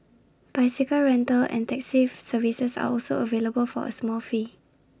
bicycle rental and taxi services are also available for A small fee